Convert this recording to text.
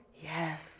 Yes